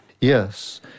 Yes